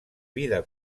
vida